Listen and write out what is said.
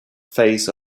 phase